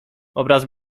obraz